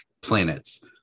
planets